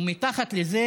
בבקשה,